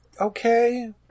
Okay